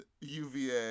UVA